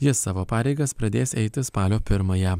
ji savo pareigas pradės eiti spalio pirmąją